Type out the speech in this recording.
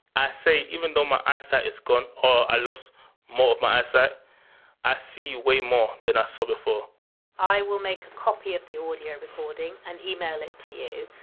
i say even though my eyesight has gone or i lost more of my eyesight i see way more than i saw before i will make a copy of the audio recording and email it to you,